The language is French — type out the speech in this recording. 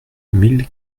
mille